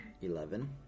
Eleven